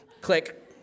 Click